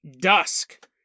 dusk